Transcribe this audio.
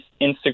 Instagram